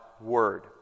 Word